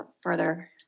further